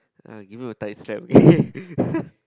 ah give him a tight slap okay